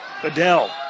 Fidel